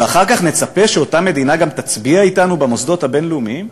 ואחר כך נצפה שאותה מדינה גם תצביע אתנו במוסדות הבין-לאומיים?